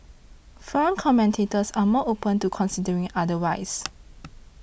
foreign commentators are more open to considering otherwise